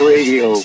Radio